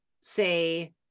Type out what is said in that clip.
say